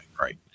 right